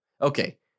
okay